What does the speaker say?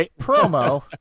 promo